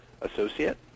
associate